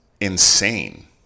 insane